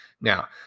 now